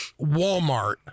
Walmart